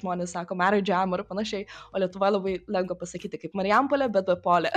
žmonės sako maridžam ar panašiai o lietuvoj labai lengva pasakyti kaip marijampolė bet be polė